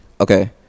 okay